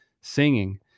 singing